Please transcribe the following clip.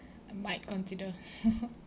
might consider